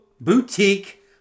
Boutique